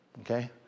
Okay